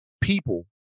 people